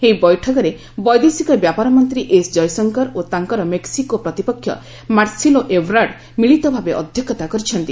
ଏହି ବୈଠକରେ ବୈଦେଶିକ ବ୍ୟାପାର ମନ୍ତ୍ରୀ ଏସ୍ଜୟଶଙ୍କର ଓ ତାଙ୍କର ମେକ୍ସିକୋ ପ୍ରତିପକ୍ଷ ମାର୍ସେଲୋ ଏବରାର୍ଡ ମିଳିତ ଭାବେ ଅଧ୍ୟକ୍ଷତା କରିଛନ୍ତି